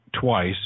twice